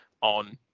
on